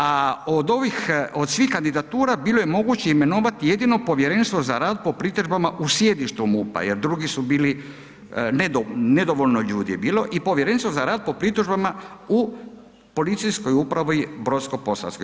A od ovih, od svih kandidatura bilo je moguće imenovati jedino povjerenstvo za rad po pritužbama u sjedištu MUP-a jer drugi su bili, nedovoljno ljudi je bilo i povjerenstvo za rad po pritužbama u Policijskoj upravi Brodsko-posavskoj.